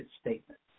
statement